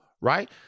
right